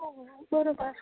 बरोबर